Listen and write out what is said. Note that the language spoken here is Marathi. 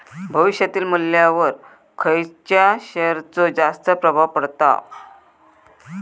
भविष्यातील मुल्ल्यावर खयच्या शेयरचो जास्त प्रभाव पडता?